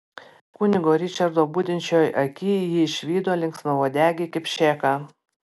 kunigo ričardo budinčioj aky ji išvydo linksmauodegį kipšėką